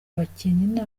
bakinnyi